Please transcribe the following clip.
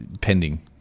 pending